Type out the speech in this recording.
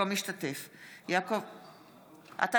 יעקב ליצמן, אינו משתתף בהצבעה אינו נוכח.